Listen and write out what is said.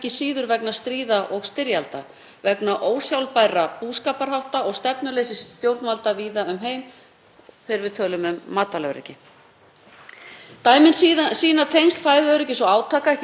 Dæmin sýna tengsl fæðuöryggis og átaka, ekki síst innan lands. Nærtækasta dæmið eru þau átök sem við kennum við arabíska vorið þar sem hækkandi verð á korni til brauðgerðar var meðal annarra þátta hreyfiafl í þeim átökum.